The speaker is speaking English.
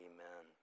Amen